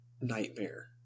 nightmare